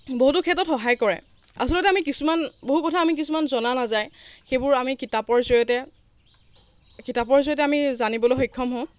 বহুতো ক্ষেত্ৰত সহায় কৰে আচলতে আমি কিছুমান বহু কথা আমি কিছুমান জনা নাযায় সেইবোৰ আমি কিতাপৰ জৰিয়তে কিতাপৰ জৰিয়তে আমি জানিবলৈ সক্ষম হওঁ